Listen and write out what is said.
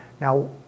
Now